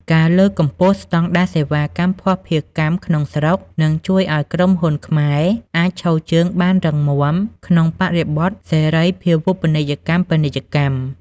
ការលើកកម្ពស់ស្ដង់ដារសេវាកម្មភស្តុភារកម្មក្នុងស្រុក នឹងជួយឱ្យក្រុមហ៊ុនខ្មែរអាចឈរជើងបានរឹងមាំក្នុងបរិបទសេរីភាវូបនីយកម្មពាណិជ្ជកម្ម។